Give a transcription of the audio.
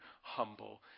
humble